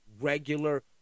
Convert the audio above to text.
regular